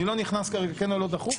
אני לא נכנס כרגע כן או לא דחוף.